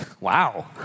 wow